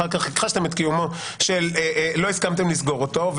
אחר כך לא הסכמתם לסגור אותו,